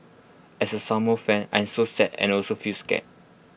as A sumo fan I am so sad and also feel scared